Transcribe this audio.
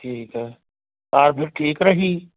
ਠੀਕ ਹੈ ਕਾਰ ਫਿਰ ਠੀਕ ਰਹੀ